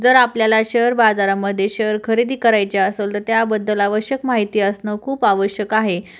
जर आपल्याला शअर बाजारामध्ये शअर खरेदी करायचे असंल तर त्याबद्दल आवश्यक माहिती असणं खूप आवश्यक आहे